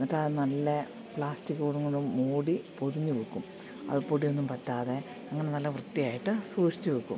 എന്നിട്ടത് നല്ല പ്ലാസ്റ്റിക് കൊടം കൊണ്ടു മൂടി പൊതിഞ്ഞു വെക്കും അത് പൊടിയൊന്നും പറ്റാതെ അങ്ങനെ നല്ല വൃത്തിയായിട്ട് സൂക്ഷിച്ച് വെക്കും